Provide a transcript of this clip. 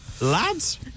Lads